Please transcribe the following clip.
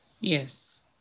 Yes